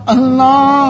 Allah